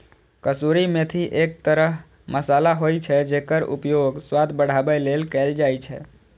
कसूरी मेथी एक तरह मसाला होइ छै, जेकर उपयोग स्वाद बढ़ाबै लेल कैल जाइ छै